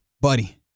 Buddy